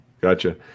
gotcha